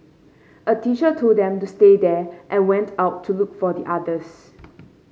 a teacher told them to stay there and went out to look for the others